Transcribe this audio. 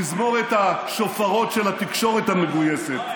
תזמורת השופרות של התקשורת המגויסת,